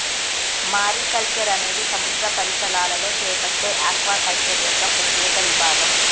mariculture అనేది సముద్ర పరిసరాలలో చేపట్టే ఆక్వాకల్చర్ యొక్క ప్రత్యేక విభాగం